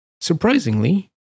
surprisingly